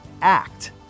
act